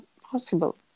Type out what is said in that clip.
possible